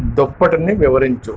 దుప్పటిని వివరించు